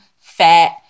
fat